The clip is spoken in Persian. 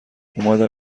اومدم